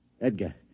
Edgar